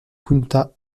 punta